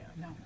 No